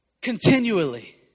Continually